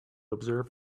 observe